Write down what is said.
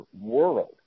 world